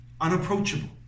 unapproachable